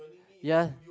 ya